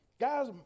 Guys